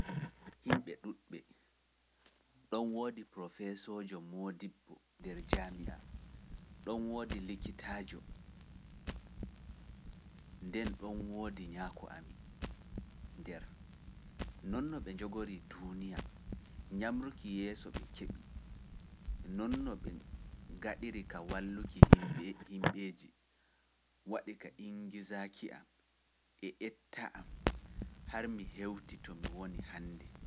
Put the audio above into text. Himɓe ɗuuɗɓe, ɗoon woodi profeesoojo moodibbo nder jaami a, ɗon woodi likitaajo, nden ɗon woodi nyaako amin, nonno be ngaɗiri ka walluki yimɓeeji waɗi ka ingizaaki am e etta am har mi hewti to mi woni hande.